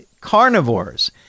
Carnivores